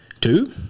Two